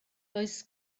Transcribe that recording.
does